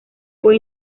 fue